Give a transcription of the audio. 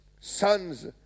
sons